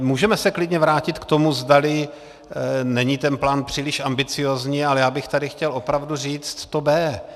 Můžeme se klidně vrátit k tomu, zdali není ten plán příliš ambiciózní, ale já bych tady chtěl opravdu říct to B.